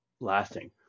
lasting